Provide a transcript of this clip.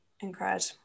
Incredible